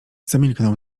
zamilknął